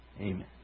Amen